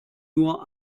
nur